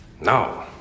No